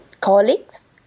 colleagues